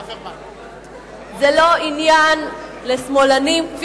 כפי שאמרתי, זה לא עניין לשמאלנים.